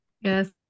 Yes